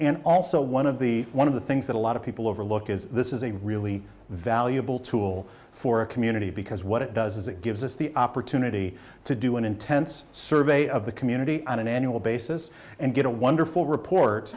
and also one of the one of the things that a lot of people overlook is this is a really valuable tool for a community because what it does is it gives us the opportunity to do an intense survey of the community on an annual basis and get a wonderful report